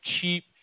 cheap